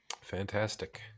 Fantastic